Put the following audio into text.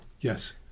yes